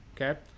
okay